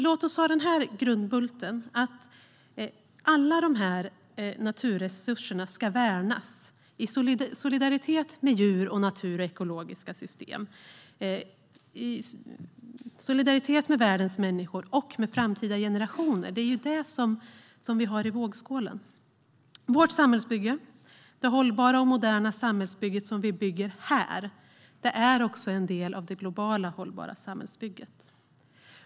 Låt oss fastslå grundbulten att alla naturresurser ska värnas i solidaritet med djur, natur och ekologiska system, i solidaritet med världens människor och i solidaritet med framtida generationer. Det är ju det som ligger i vågskålen. Det hållbara och moderna samhälle som vi bygger här är också en del av det globala hållbara samhällsbygget.